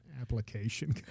Application